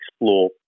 explore